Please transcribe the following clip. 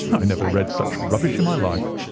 i never read such rubbish in my life.